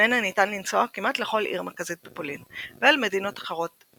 וממנה ניתן לנסוע כמעט לכל עיר מרכזית בפולין ואל מדינות אחרות,